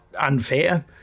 unfair